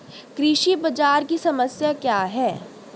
कृषि बाजार की समस्या क्या है?